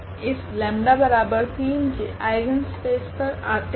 इस 𝜆3 के आइगनस्पेस पर आते है